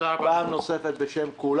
בכל אחד חלקי 12 הוא צריך להיות בפנים.